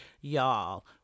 y'all